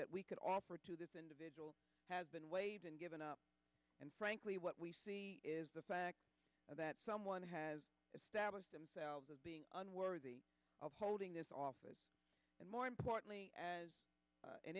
that we could offer to this individual has been waived and given up and frankly what we see is the fact that someone has established themselves as being unworthy of holding this office and more importantly as an